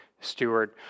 steward